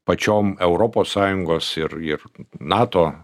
pačiom europos sąjungos ir ir nato